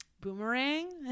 boomerang